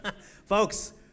Folks